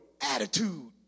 attitude